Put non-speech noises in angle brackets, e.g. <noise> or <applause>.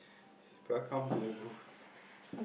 welcome to the groove <laughs>